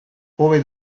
hobe